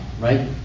right